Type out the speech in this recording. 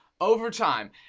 Overtime